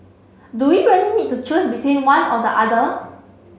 do we really need to choose between one or the other